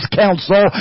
counsel